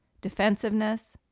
defensiveness